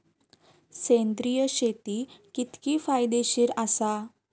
सेंद्रिय शेती कितकी फायदेशीर आसा?